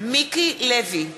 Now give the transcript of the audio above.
מיקי לוי,